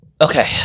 Okay